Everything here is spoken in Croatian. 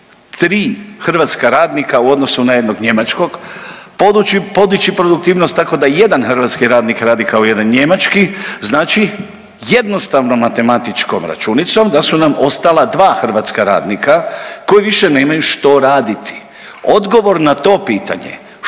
tri hrvatska radnika u odnosu na jednog njemačkog, podići produktivnost tako da jedan hrvatski radnik radi kao jedan njemački znači jednostavnom matematičkom računicom da su nam ostala dva hrvatska radnika koji više nemaju što raditi. Odgovor na to pitanje